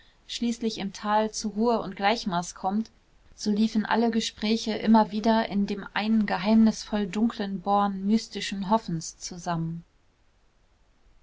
schließlich im tal zu ruhe und gleichmaß kommt so liefen alle gespräche immer wieder in dem einen geheimnisvoll dunklen born mystischen hoffens zusammen